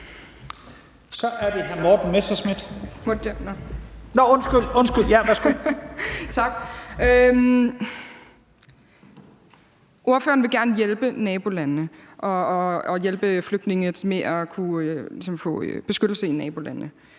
Ordføreren vil gerne hjælpe nabolandene og hjælpe flygtninge med at kunne få beskyttelse i nabolandene.